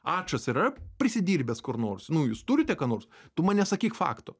ačas yra prisidirbęs kur nors nu jūs turite ką nors tu man nesakyk faktų